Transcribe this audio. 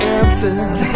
answers